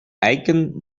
eiken